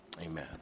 amen